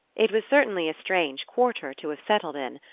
it was certainly a strange quarter to have settled in.